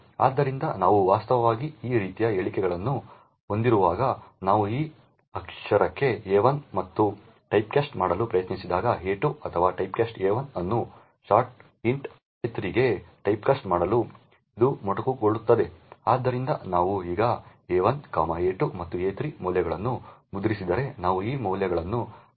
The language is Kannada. ಆದ್ದರಿಂದ ನಾವು ವಾಸ್ತವವಾಗಿ ಈ ರೀತಿಯ ಹೇಳಿಕೆಗಳನ್ನು ಹೊಂದಿರುವಾಗ ನಾವು ಈ ಅಕ್ಷರಕ್ಕೆ a1 ಅನ್ನು ಟೈಪ್ಕಾಸ್ಟ್ ಮಾಡಲು ಪ್ರಯತ್ನಿಸಿದಾಗ a2 ಅಥವಾ ಟೈಪ್ಕಾಸ್ಟ್ a1 ಅನ್ನು ಶಾರ್ಟ್ ಇಂಟ್ a3 ಗೆ ಟೈಪ್ಕಾಸ್ಟ್ ಮಾಡಲು ಅದು ಮೊಟಕುಗೊಳ್ಳುತ್ತದೆ ಆದ್ದರಿಂದ ನಾವು ಈಗ a1 a2 ಮತ್ತು a3 ಮೌಲ್ಯಗಳನ್ನು ಮುದ್ರಿಸಿದರೆ ನಾವು ಈ ಮೌಲ್ಯಗಳನ್ನು ಪಡೆಯಿರಿ